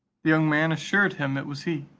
the young man assured him it was he,